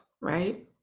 right